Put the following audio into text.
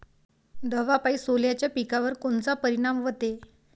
दवापायी सोल्याच्या पिकावर कोनचा परिनाम व्हते?